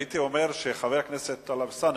הייתי אומר שחבר הכנסת טלב אלסאנע,